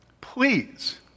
please